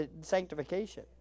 sanctification